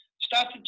started